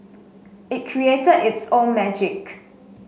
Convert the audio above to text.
it created its own magic